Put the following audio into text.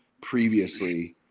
previously